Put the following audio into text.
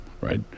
right